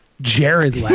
Jared